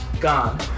gone